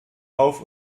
auf